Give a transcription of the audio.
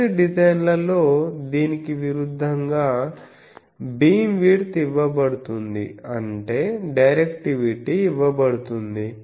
కొన్ని డిజైన్లలో దీనికి విరుద్ధంగా బీమ్విడ్త్ ఇవ్వబడుతుంది అంటే డైరెక్టివిటీ ఇవ్వబడుతుంది